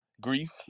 Grief